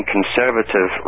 Conservative